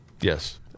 Yes